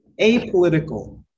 apolitical